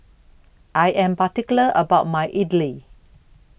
I Am particular about My Idly